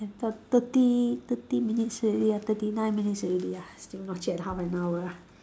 thirt~ thirty thirty minutes already ah thirty nine minutes already ah still not yet half an hour ah